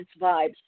vibes